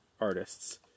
artists